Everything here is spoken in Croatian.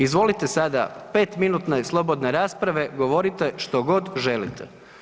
Izvolite sada, 5-minutno je slobodne rasprave, govorite što god želite.